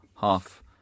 half